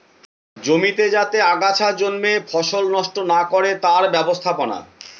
জমিতে যাতে আগাছা জন্মে ফসল নষ্ট না করে তার ব্যবস্থাপনা